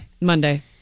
Monday